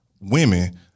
women